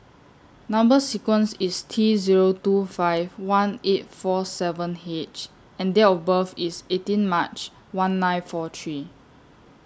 Number sequence IS T Zero two five one eight four seven H and Date of birth IS eighteen March one nine four three